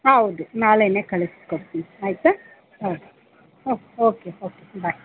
ಹೌದು ನಾಳೆಯೇ ಕಳಿಸ್ಕೊಡ್ತೀನಿ ಆಯಿತಾ ಹೋ ಓಕೆ ಓಕೆ ಓಕೆ ಬಾಯ್